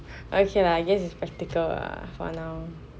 okay lah I guess it's practical lah for now